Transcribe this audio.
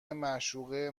معشوقه